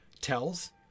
tells